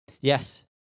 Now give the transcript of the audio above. Yes